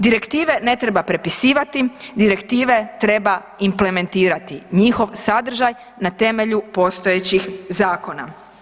Direktive ne treba prepisivati, direktive treba implementirati, njihov sadržaj na temelju postojećih zakona.